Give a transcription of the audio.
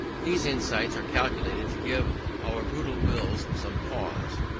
these insights are calculated to give our brutal wills some pause.